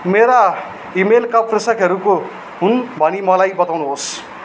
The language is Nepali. मेरा इमेलका प्रसकहरू को हुन् भनी मलाई बताउनुहोस्